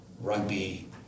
Rugby